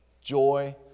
Joy